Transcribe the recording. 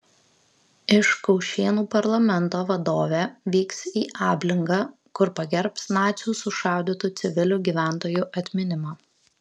iš kaušėnų parlamento vadovė vyks į ablingą kur pagerbs nacių sušaudytų civilių gyventojų atminimą